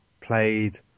played